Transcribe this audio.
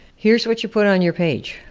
here's what you put on your page,